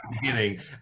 beginning